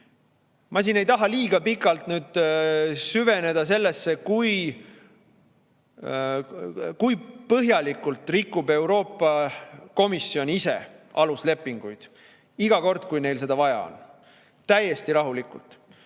ma siin ei taha liiga pikalt süveneda sellesse, kui põhjalikult rikub Euroopa Komisjon ise aluslepinguid iga kord, kui neil seda vaja on. Täiesti rahulikult!